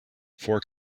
four